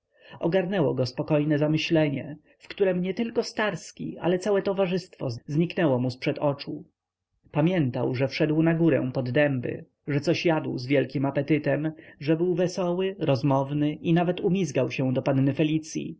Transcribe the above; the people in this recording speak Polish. ogarnęło go spokojne zamyślenie w którem nietylko starski ale całe towarzystwo zniknęło mu zprzed oczu pamiętał że wszedł na górę pod dęby że coś jadł z wielkim apetytem że był wesoły rozmowny i nawet umizgał się do panny felicyi